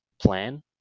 plan